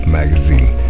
magazine